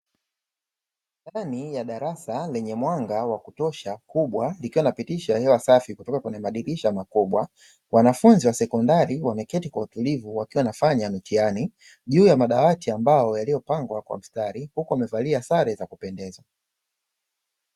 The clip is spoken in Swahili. Ndani ya darasa lenye mwanga wa kutosha, kubwa likiwa linapitisha hewa safi kutoka kwenye madirisha makubwa. Wanafunzi wa sekondari wameketi kwa utulivu wakiwa wanafanya mitihani juu ya madawati ya mbao yaliyopangwa kwa mistari, huku wamevalia sare za kupendeza.